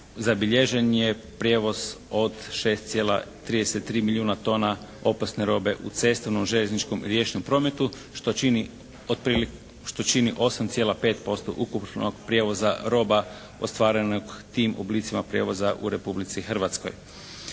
zabilježen je prijevoz od 6,33 milijuna tona opasne robe u cestovnom, željezničkom i riječnom prometu što čini, što čini 8,5% ukupnog prijevoza roba ostvarenog tim oblicima prijevoza u Republici Hrvatskoj.